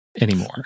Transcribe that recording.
anymore